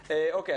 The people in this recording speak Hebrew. לסיכום.